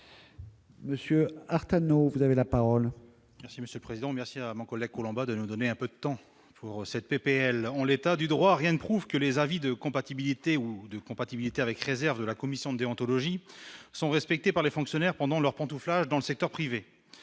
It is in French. Monsieur Artem dont vous avez la parole. Merci monsieur le président, merci à mon collègue Colomba de nous donner un peu de temps cette PPL en l'état du droit, rien ne prouve que les avis de compatibilité ou de compatibilité avec réserve la commission déontologie sont respectés par les fonctionnaires pendant leur pantouflage dans le secteur privé,